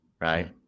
right